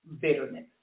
Bitterness